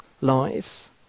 lives